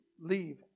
leave